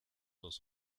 los